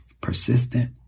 persistent